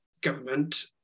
government